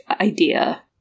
idea